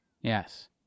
Yes